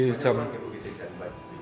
banyak orang kita can vibe with